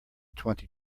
twenty